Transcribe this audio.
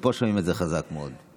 מפה שומעים את זה חזק מאוד.